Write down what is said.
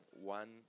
one